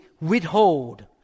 withhold